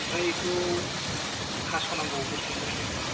ओमफ्राय बेखौ हास'नांगौ गुसुं गुसुं